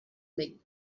بگین